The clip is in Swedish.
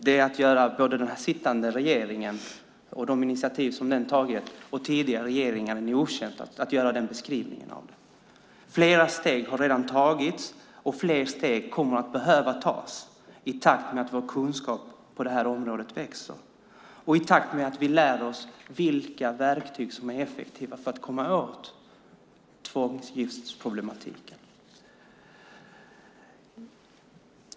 Det är att göra både den sittande regeringen och de initiativ som den tagit och tidigare regeringar en otjänst att göra den beskrivningen. Flera steg har redan tagits, och fler steg kommer att behöva tas i takt med att vår kunskap på det här området växer och i takt med att vi lär oss vilka verktyg som är effektiva för att komma åt tvångsgiftesproblematiken.